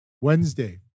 Wednesday